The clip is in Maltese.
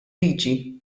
liġi